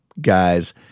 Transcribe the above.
guys